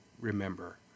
remember